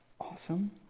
awesome